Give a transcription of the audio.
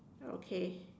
okay